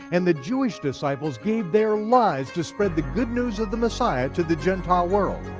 and the jewish disciples gave their lives to spread the good news of the messiah to the gentile world.